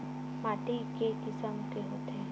माटी के किसम के होथे?